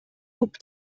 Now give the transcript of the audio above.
ihop